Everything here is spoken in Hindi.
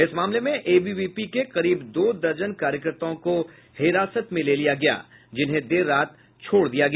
इस मामले में एबीवीपी के करीब दो दर्जन कार्यकर्ताओं को हिरासत में ले लिया गया जिन्हें देर रात छोड़ दिया गया